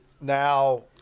Now